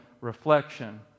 reflection